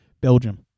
belgium